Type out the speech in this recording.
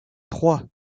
trois